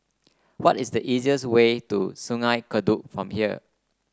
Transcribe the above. what is the easiest way to Sungei Kadut from here